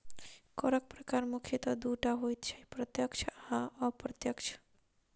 करक प्रकार मुख्यतः दू टा होइत छै, प्रत्यक्ष आ अप्रत्यक्ष